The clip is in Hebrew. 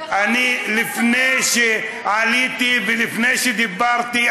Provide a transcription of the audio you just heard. לפני שעליתי ולפני שדיברתי,